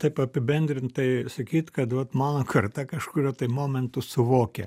taip apibendrintai sakyt kad vat mano karta kažkuriuo tai momentu suvokė